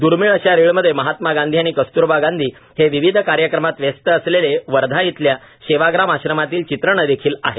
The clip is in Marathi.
दुर्मीळ अशा रिळमध्ये महात्मा गांधी आणि कस्तुरबा गांधी हे विविध कार्यक्रमात व्यस्त असलेले वर्धा इथल्या सेवाग्राम आश्रमातील चित्रणं देखील आहे